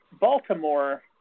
Baltimore